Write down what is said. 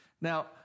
Now